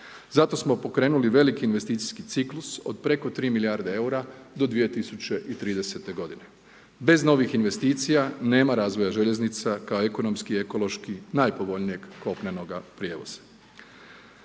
Zato smo pokrenuli veliki investicijski ciklus od preko 3 milijarde eura do 2030. godine. Bez novih investicija, nema razvoja željeznica kao ekonomski i ekološki najpovoljnijeg kopnenoga prijevoza.